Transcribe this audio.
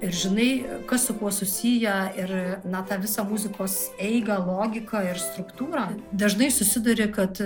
ir žinai kas su kuo susiję ir na tą visą muzikos eigą logiką ir struktūrą dažnai susiduri kad